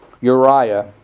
Uriah